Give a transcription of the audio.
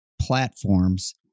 platforms